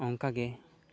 ᱚᱱᱠᱟᱜᱮ